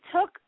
took